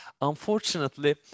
Unfortunately